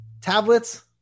tablets